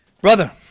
Brother